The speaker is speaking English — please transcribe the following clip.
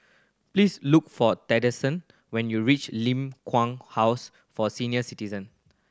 please look for when you reach Ling Kwang House for Senior Citizen